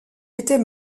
était